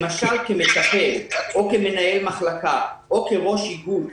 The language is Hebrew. למשל כמטפל או כמנהל מחלקה או כראש איגוד,